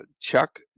Chuck